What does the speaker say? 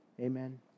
amen